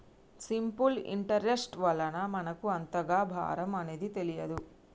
simple interest వలన మనకు అంతగా భారం అనేది తెలియదు